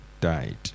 died